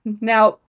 Now